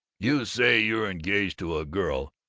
you say you're engaged to a girl,